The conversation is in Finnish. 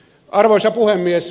arvoisa puhemies